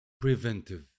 preventive